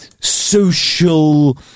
social